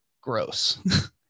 gross